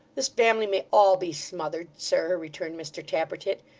this family may all be smothered, sir returned mr tappertit,